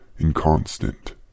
inconstant